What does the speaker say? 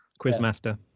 quizmaster